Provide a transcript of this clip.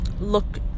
look